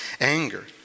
anger